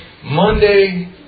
Monday